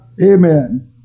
Amen